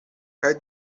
kaj